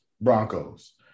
Broncos